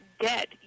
debt